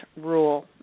rule